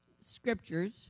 scriptures